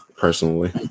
personally